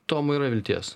tomui yra vilties